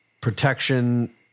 protection